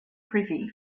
privy